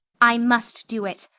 i must do it.